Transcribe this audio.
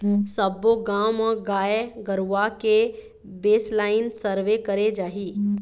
सब्बो गाँव म गाय गरुवा के बेसलाइन सर्वे करे जाही